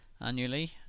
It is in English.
annually